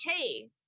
hey